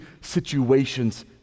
situations